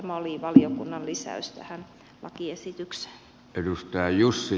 tämä oli valiokunnan lisäys tähän lakiesitykseen